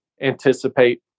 anticipate